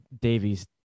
Davies